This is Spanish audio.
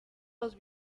los